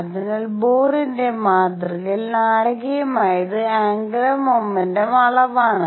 അതിനാൽ ബോറിന്റെ മാതൃകയിൽ നാടകീയമായത് ആന്ഗുലർ മോമെന്റും അളവാണ്